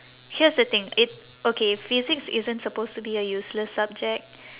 here's the thing it okay physics isn't suppose to be a useless subject